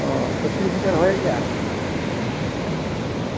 ᱚ ᱪᱚᱛᱛᱨᱤᱥ ᱦᱚᱸᱯᱮ ᱨᱚᱦᱚᱭᱮᱫ ᱜᱮᱭᱟ